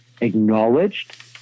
acknowledged